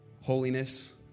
holiness